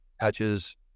patches